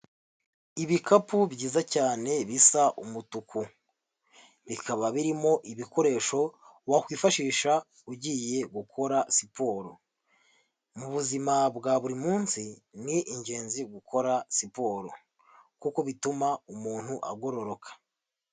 Ibikapu byiza cyane bisa umutuku, bikaba birimo ibikoresho wakwifashisha ugiye gukora siporo. Mu buzima bwa buri munsi, ni ingenzi gukora siporo, kuko bituma umuntu agororoka.